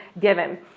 given